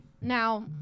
Now